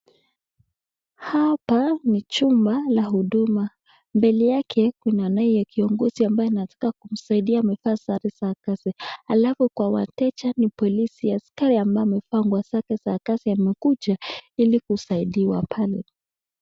Hapa ni chumba la huduma. Mbele yake kuna naye kiongozi ambaye anataka kumsaidia amevaa sare za kazi, halafu kwa wateja ni polisi askari ambaye amevaa nguo zake za kazi amekuja ili kusaidiwa pale.